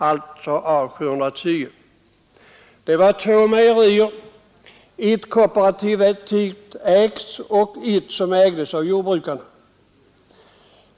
Ett av de båda mejerierna är kooperativägt och det andra ägs av jordbrukarna.